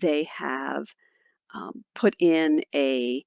they have put in a